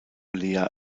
leah